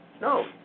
no